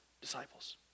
disciples